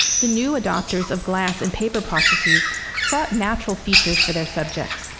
the new adopters of glass and paper processes sought natural features for their subjects.